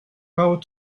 how